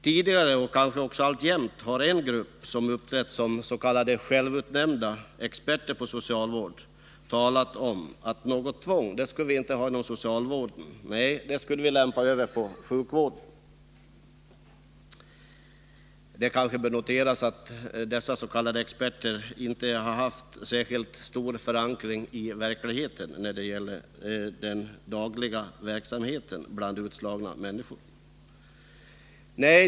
Tidigare — kanske också alltjämt — har en grupp, som uppträtt som s.k. självutnämnda experter på socialvård, talat om att något tvång skulle vi inte ha inom socialvården, utan det skulle vi lämpa över på sjukvården. Det kanske bör noteras att dessa s.k. experter inte har haft särskilt stark förankring i verkligheten när det gäller den dagliga verksamheten bland utslagna människor.